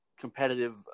competitive